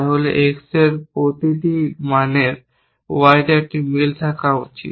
তাহলে X এর প্রতিটি মানের Y তে একটি মিল থাকা উচিত